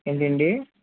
ఏంటండి